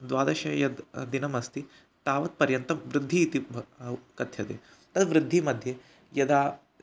द्वादशं यद् दिनमस्ति तावत्पर्यन्तं वृद्धिः इति कथ्यते तद् वृद्धिमध्ये यदा